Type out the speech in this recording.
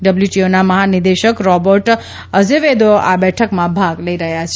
ડબલ્યુટીઓના મહાનિદેશક Roberto Azevedo આ બેઠકમાં ભાગ લઈ રહ્યા છે